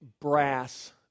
brass